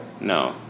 No